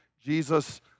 jesus